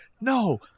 No